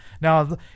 Now